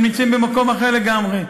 הם נמצאים במקום אחר לגמרי.